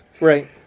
Right